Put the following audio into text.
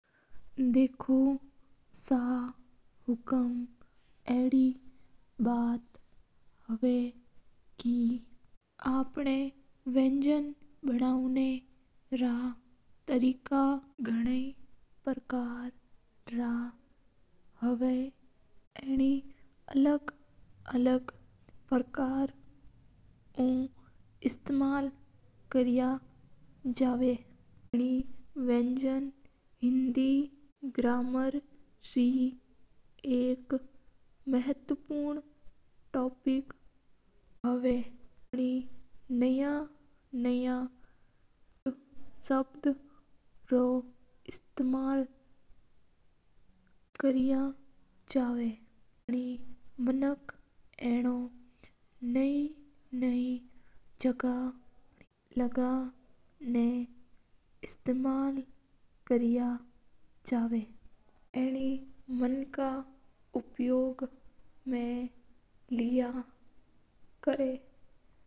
देखो सा हुकूम आप ना व्यंजन बनावण रा तरीका गणी परकर रा हवा एना अलग-अलग परकर उ युज कया कर ह विन्ज़न हिंदी गरम्र रे जड़ होवा हा। विन्ज़न नु अलग-अलग जगा सब्द बनावण मा काम मा लेया कर ह हर जगा अलग-अलग विन्ज़न काम म लावा हा।